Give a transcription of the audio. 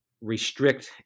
restrict